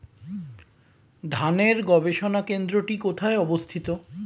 ধানের গবষণা কেন্দ্রটি কোথায় অবস্থিত?